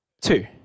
Two